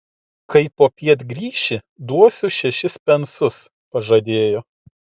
kai popiet grįši duosiu šešis pensus pažadėjo